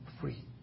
free